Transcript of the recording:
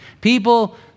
People